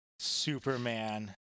Superman